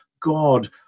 God